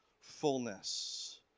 Fullness